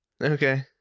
Okay